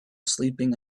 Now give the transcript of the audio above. sleeping